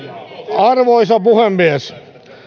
arvoisa puhemies